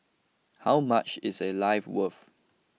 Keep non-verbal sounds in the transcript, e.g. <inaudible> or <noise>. <noise> how much is a life worth